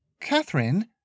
Catherine